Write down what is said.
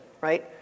Right